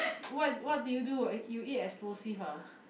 what what did you do you eat explosive ah